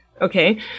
Okay